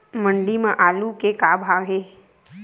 मंडी म आलू के का भाव हे?